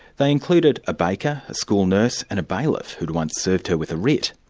they included a baker, a school nurse, and a bailiff who had once served her with a writ.